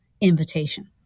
invitation